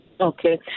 Okay